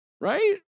Right